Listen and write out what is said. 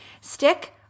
stick